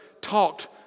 talked